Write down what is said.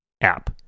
app